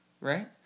right